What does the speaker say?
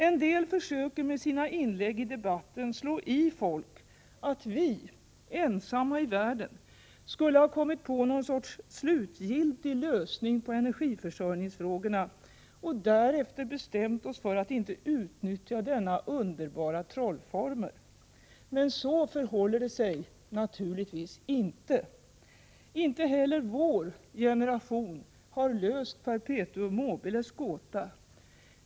En del försöker med sina inlägg i debatten slå i folk att vi, ensamma i världen, skulle ha kommit på någon sorts slutgiltig lösning på energiförsörjningsfrågorna och därefter bestämt oss för att inte utnyttja denna underbara trollformel. Så förhåller det sig naturligtvis inte! Inte heller vår generation har löst perpetuum mobiles gåta.